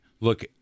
look